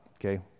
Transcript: Okay